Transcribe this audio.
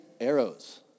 arrows